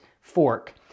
fork